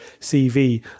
CV